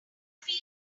feel